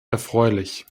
erfreulich